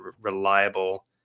reliable